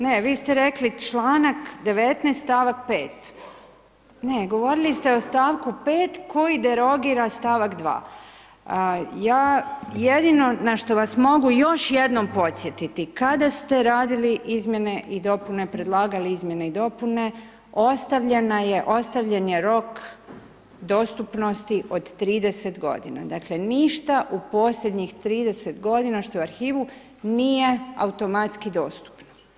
Ne vi ste rekli članak 19. stavak 5. Ne govorili ste o stavku 5 koji derogira stavak 2. Ja jedino na što vas mogu još jednom podsjetiti, kada ste radili izmjene i dopune predlagali, izmjeni i dopune, ostavljena je, ostavljen je rok dostupnosti od 30 g. Dakle, ništa u posljednjih 30 g. što u arhivu nije automatski dostupna.